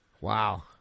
Wow